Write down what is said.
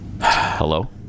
Hello